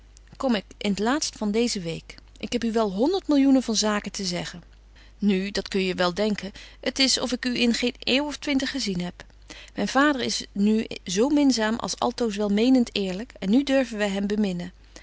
kom ik in t laatst van deeze week ik heb u wel honderd millioenen van zaken te zeggen nu dat kun je wel denken t is of ik u in geen eeuw of twintig gezien heb myn vader is nu zo minzaam als altoos welmenent eerlyk en nu durven wy hem